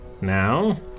Now